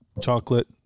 chocolate